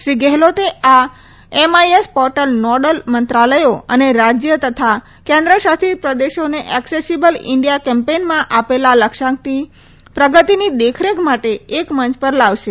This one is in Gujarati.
શ્રી ગેહલોતે આ એમઆઈએસ પોર્ટલ નોડલ મંત્રાલયો અને રાજયો તથા કેન્દ્ર શાસિત પ્રદેશોને એકસેશીબલ ઈન્ડિયા કેમ્પેઈનમાં આપેલા લક્ષ્યાંકની પ્રગતિની દેખરેખ માટે એક મંચ પર લાવશે